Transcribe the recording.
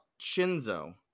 Shinzo